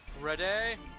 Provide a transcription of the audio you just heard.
Ready